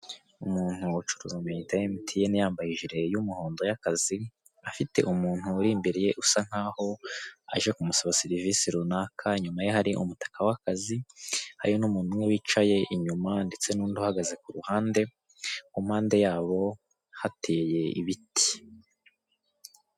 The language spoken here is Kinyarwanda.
Umuntu ucuruza amayinite ya emutiyene yambaye ijiri y'umuhondo y'akazi, afite umuntu uri imbere ye usa nk'aho aje kumusaba serivisi runaka, inyuma hari umutaka w'akazi hari n'umuntu umwe wicaye inyuma ndetse n'undi uhagaze ku ruhande, ku mpande yabo hateye ibiti.